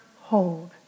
hold